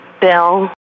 Bill